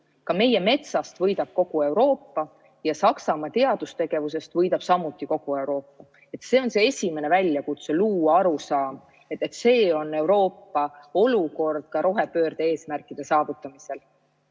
Meie metsast võidab kogu Euroopa ja Saksamaa teadustegevusest võidab samuti kogu Euroopa. See on esimene väljakutse: luua arusaam, et selline on Euroopa olukord ka rohepöörde eesmärkide saavutamisel.